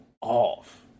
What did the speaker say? off